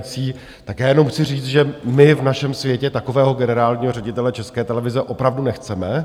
Tak já jenom chci říct, že my v našem světě takového generálního ředitele České televize opravdu nechceme.